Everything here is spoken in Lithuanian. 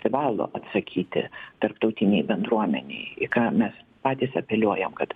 privalo atsakyti tarptautinei bendruomenei į ką mes patys apeliuojam kad